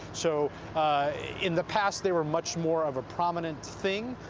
so in the past, they were much more of a prominent thing